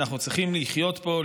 אנחנו צריכים לחיות פה,